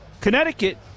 Connecticut